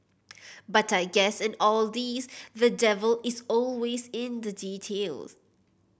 but I guess in all this the devil is always in the details